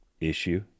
issue